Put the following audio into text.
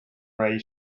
ray